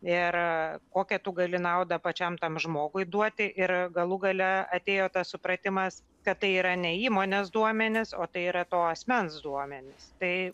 ir kokią tu gali nauda pačiam tam žmogui duoti ir galų gale atėjo tas supratimas kad tai yra ne įmonės duomenys o tai yra to asmens duomenys tai